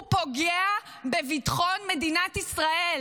הוא פוגע בביטחון מדינת ישראל